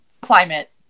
climate